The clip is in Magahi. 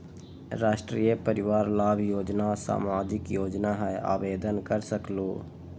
राष्ट्रीय परिवार लाभ योजना सामाजिक योजना है आवेदन कर सकलहु?